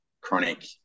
chronic